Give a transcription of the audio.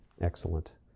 Excellent